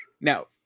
Now